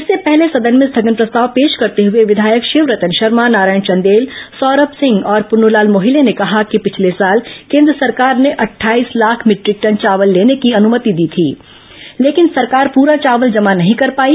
इससे पहले सदन में स्थगन प्रस्ताव पेश करते हुए विधायक शिवरतन शर्मा नारायण चंदेल सौरम सिंह और पुन्नुलाल मोहले ने कहा कि पिछले साल केन्द्र सरकार ने अट्ठाईस लाख मीटरिक टन चावल लेने की अनमति दी थी लेकिन सरकार प्रा चावल जमा नहीं कर पाई